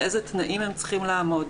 באיזה תנאים הם צריכים לעמוד,